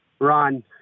Ron